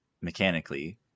mechanically